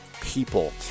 people